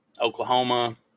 Oklahoma